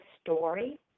story